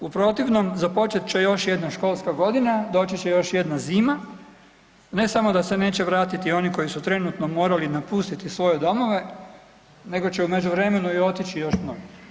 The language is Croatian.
U protivnom započet će još jedna školska godina, doći će još jedna zima, ne samo da se neće vratiti oni koji su trenutno morali napustiti svoje domove, nego će u međuvremenu i otići još mnogi.